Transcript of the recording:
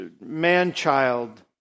man-child